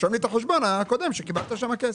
אז תרשום לי את החשבון הקודם שקיבלת שם כסף.